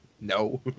No